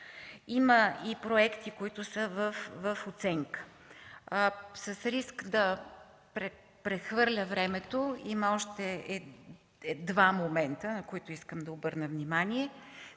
Има и проекти, които са в оценка. С риск да прехвърля времето, има още два момента, на които искам да обърна внимание.